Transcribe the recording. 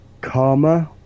Karma